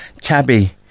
Tabby